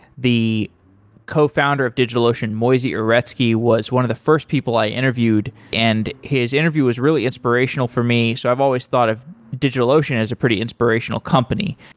the cofounder of digitalocean, moisey uretsky, was one of the first people i interviewed, and his interview was really inspirational for me. so i've always thought of digitalocean as a pretty inspirational company.